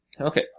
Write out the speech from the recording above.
Okay